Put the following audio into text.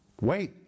Wait